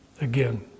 again